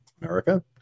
America